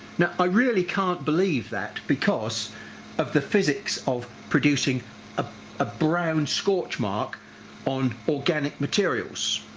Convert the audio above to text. now i really can't believe that, because of the physics of producing a ah brown scorch mark on organic materials.